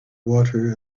water